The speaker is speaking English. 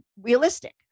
realistic